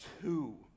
two